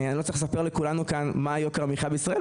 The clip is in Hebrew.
אני לא צריך לספר לכולם כאן מה יוקר המחיה בישראל.